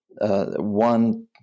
One